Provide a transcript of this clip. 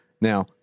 Now